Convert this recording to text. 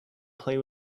play